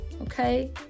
Okay